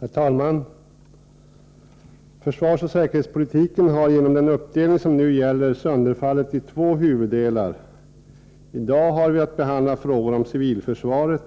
Herr talman! Försvarsoch säkerhetspolitiken har genom den uppdelning som nu gäller sönderfallit i två huvuddelar. I dag har vi att behandla frågor om civilförsvaret,